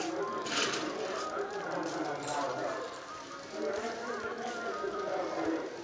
प्रत्यक्ष bank online banking आरू telephone banking नेटवर्को से अपनो सेबा लोगो के दै छै